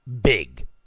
big